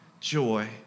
joy